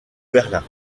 berlin